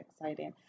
exciting